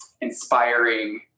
inspiring